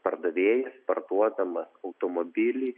pardavėjas parduodamas automobilį